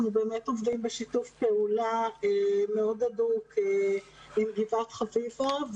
אנחנו באמת עובדים בשיתוף פעולה הדוק מאוד עם גבעת חביבה.